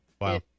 wow